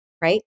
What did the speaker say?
right